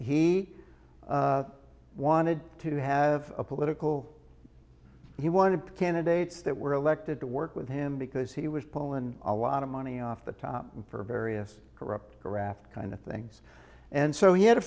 he wanted to have a political he wanted candidates that were elected to work with him because he was pullin a lot of money off the top for various corrupt graft kind of things and so he had a